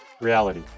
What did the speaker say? reality